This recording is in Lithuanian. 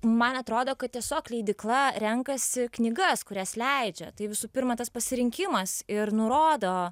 man atrodo kad tiesiog leidykla renkasi knygas kurias leidžia tai visų pirma tas pasirinkimas ir nurodo